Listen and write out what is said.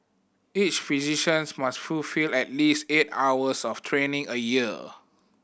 each physicians must fulfil at least eight hours of training a year